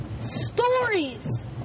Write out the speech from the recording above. stories